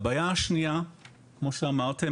הבעיה השנייה כמו שאמרתם,